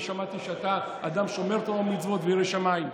אני שמעתי שאתה אדם שומר תורה ומצוות וירא שמיים.